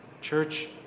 Church